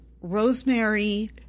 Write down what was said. Rosemary